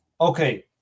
Okay